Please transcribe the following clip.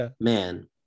man